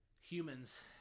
humans